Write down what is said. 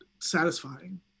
satisfying